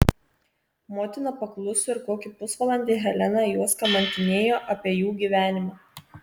motina pakluso ir kokį pusvalandį helena juos kamantinėjo apie jų gyvenimą